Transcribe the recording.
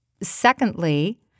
secondly